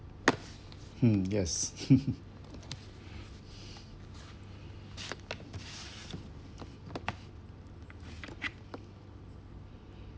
hmm yes